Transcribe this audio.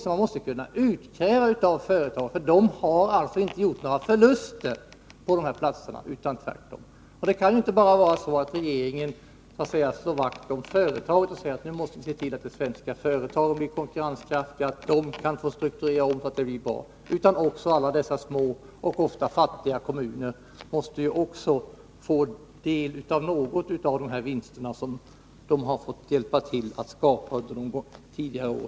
Man måste kunna utkräva något av företagen, för de har inte gjort några förluster på dessa platser — tvärtom. Regeringen får inte bara slå vakt om företagen och se till att svenska företag blir konkurrenskraftiga och kan strukturera om, utan regeringen får också se till att alla dessa små och ofta fattiga kommuner får del av de vinster som kommunerna hjälpt till att skapa under tidigare år.